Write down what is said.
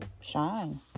shine